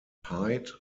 hyde